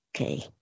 Okay